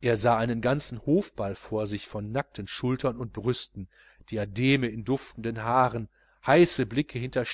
er sah einen ganzen hofball vor sich von nackten schultern und brüsten diademe in duftenden haaren heiße blicke hinter